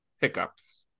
hiccups